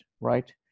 right